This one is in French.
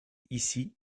ici